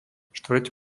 štvrť